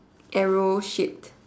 arrow shit